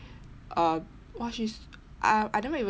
uh !wah! she's I I never even